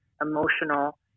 emotional